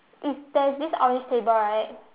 is there's this orange table right